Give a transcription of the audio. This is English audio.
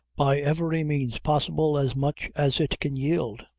by every means possible, as much as it can yield,